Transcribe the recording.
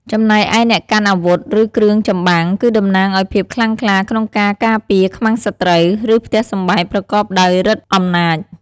ចំណែកឯអ្នកកាន់អាវុធ ឬគ្រឿងចំបាំង គឺតំណាងឱ្យភាពខ្លាំងក្លាក្នុងការការពារខ្មាំងសត្រូវ ឬផ្ទះសម្បែងប្រកបដោយឫទ្ធិអំណាច ។